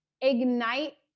ignite